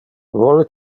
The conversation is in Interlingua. vole